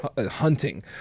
hunting